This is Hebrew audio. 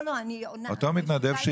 אותו מתנדב,